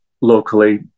locally